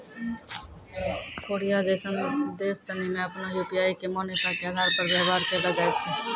Korea जैसन देश सनि मे आपनो यू.पी.आई के मान्यता के आधार पर व्यवहार कैलो जाय छै